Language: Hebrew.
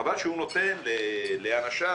חבל שהוא נותן לאנשיו,